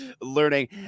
learning